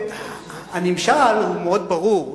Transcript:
הנמשל הוא מאוד ברור.